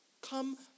come